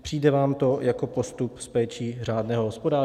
Přijde vám to jako postup s péčí řádného hospodáře?